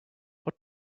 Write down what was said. what